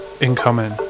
incoming